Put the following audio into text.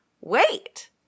wait